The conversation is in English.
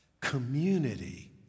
Community